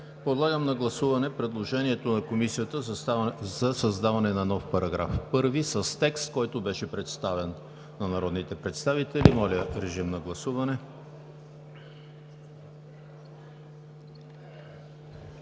Подлагам на гласуване предложението на Комисията за създаване на нов § 1 с текст, който беше представен на народните представители. Гласували